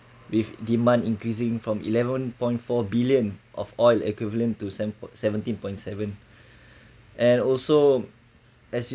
with demand increasing from eleven point four billion of oil equivalent to sev~ seventeen point seven and also as you